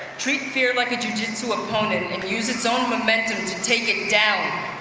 treat fear like a jujitsu opponent and use its own momentum to take it down.